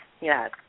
Yes